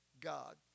God